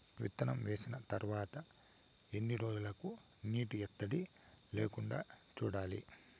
విత్తనం వేసిన తర్వాత ఏ రోజులకు నీటి ఎద్దడి లేకుండా చూడాలి?